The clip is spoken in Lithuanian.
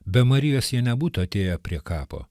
be marijos jie nebūtų atėję prie kapo